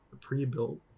pre-built